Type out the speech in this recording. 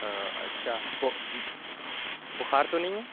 ہاں اچھا بخار تو نہیں ہے